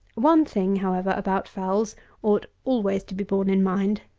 one thing, however, about fowls ought always to be borne in mind.